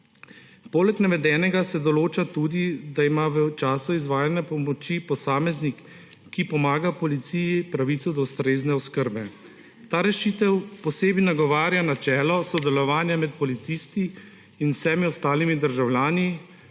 Poleg navedenega se tudi določa, da ima v času izvajanja pomoči posameznik, ki pomaga policiji, pravico do ustrezne oskrbe. Ta rešitev posebej nagovarja načelo sodelovanja med policisti in vsemi ostalimi državljani,